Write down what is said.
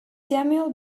samuel